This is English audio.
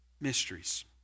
mysteries